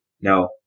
no